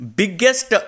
biggest